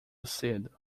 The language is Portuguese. cedo